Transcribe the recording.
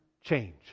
change